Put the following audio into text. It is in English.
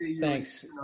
thanks